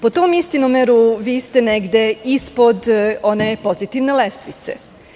Po tom istinomeru vi ste negde ispod one pozitivne lestvice.